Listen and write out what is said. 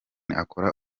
akora